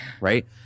Right